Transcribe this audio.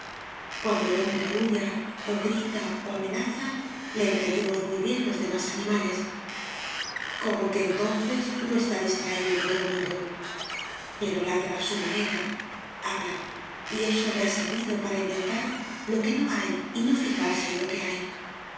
cuando el hombre aúlla o grita o amenaza le entendemos muy bien los demás animales como que entonces no está distraído en otro mundo pero ladra a su manera habla y eso le ha servido para inventar lo que no hay y no fijarse en lo que hay